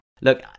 look